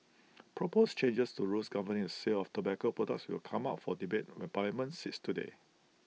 proposed changes to rules governing the sale of tobacco products will come up for debate when parliament sits today